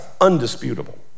undisputable